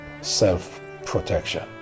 self-protection